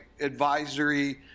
advisory